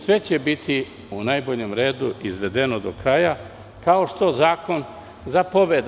Sve će biti u najboljem redu izvedeno do kraja, kao što zakon zapoveda.